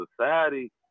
society